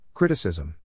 Criticism